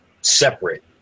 separate